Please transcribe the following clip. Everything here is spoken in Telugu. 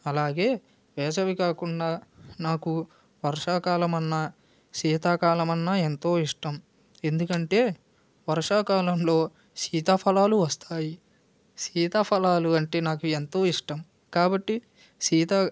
అలాగే వేసవి కాకుండా నాకు వర్షాకాలం అన్నా శీతాకాలం అన్నా ఎంతో ఇష్టం ఎందుకంటే వర్షాకాలంలో సీతాఫలాలు వస్తాయి సీతాఫలాలు అంటే నాకు ఎంతో ఇష్టం కాబట్టి సీతా